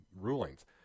rulings